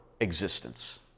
existence